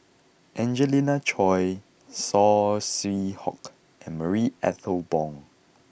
Angelina Choy Saw Swee Hock and Marie Ethel Bong